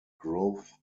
growth